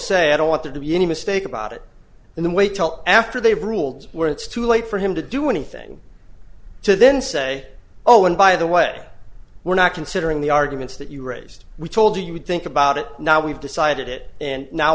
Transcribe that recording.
se i don't want there to be any mistake about it and then wait till after they've ruled where it's too late for him to do anything to then say oh and by the way we're not considering the arguments that you raised we told you would think about it now we've decided it and now